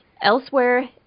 Elsewhere